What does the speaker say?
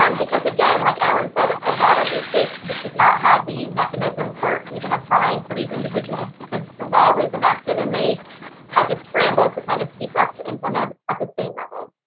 um because again, like allen said, a lot of these states just did not have the mechanism for even applying for these individuals, because the law was enacted and they had to scramble to kind of keep up to implement at the state level.